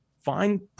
Find